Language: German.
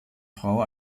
frau